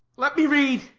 let me read.